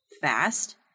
fast